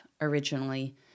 originally